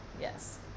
Yes